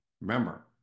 Remember